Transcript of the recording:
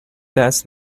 دست